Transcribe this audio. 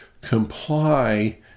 comply